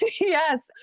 Yes